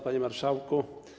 Panie Marszałku!